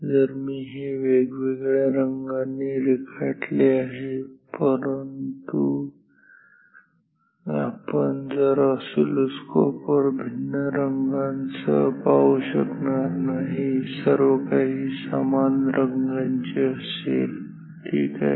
जरी मी हे वेगवेगळ्या रंगांनी रेखाटले आहे परंतु आपण एका ऑसीलोस्कोपवर भिन्न रंगांसह पाहू शकणार नाही सर्व काही समान रंगाचे असेल ठीक आहे